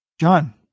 John